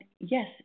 yes